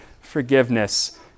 forgiveness